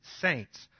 saints